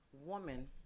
woman